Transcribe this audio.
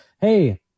Hey